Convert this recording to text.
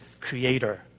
creator